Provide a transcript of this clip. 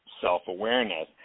self-awareness